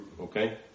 okay